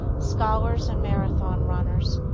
scholars and marathon runners,